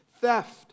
theft